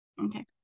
okay